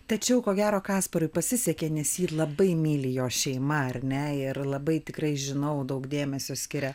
tačiau ko gero kasparui pasisekė nes ji labai myli jo šeima ar ne ir labai tikrai žinau daug dėmesio skiria